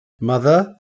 mother